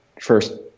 first